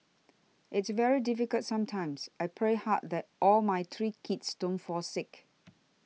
it's very difficult sometimes I pray hard that all my three kids don't fall sick